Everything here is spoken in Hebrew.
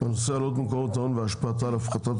הנושא עלות מקורות ההון והשפעתה על הפחתת